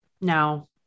No